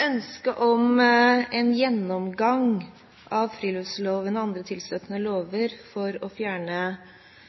Ønsket om en gjennomgang av friluftsloven og andre tilstøtende lover for å fjerne